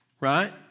right